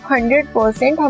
100%